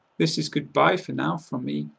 this is goodbye for now, from me,